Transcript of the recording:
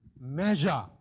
measure